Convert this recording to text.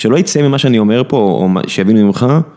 ‫שלא יצא ממה שאני אומר פה ‫או מה שיבינו ממך.